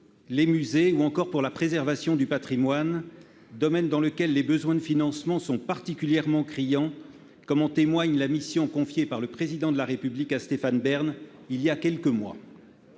les musées, ainsi que pour la préservation du patrimoine, domaine dans lequel les besoins de financement sont particulièrement criants, comme en témoignent les conclusions de la mission confiée par le Président de la République à Stéphane Bern il y a quelques mois.